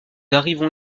arrivons